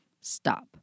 stop